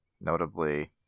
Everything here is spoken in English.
notably